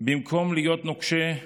במקום להיות נוקשה,